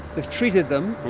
they've treated them,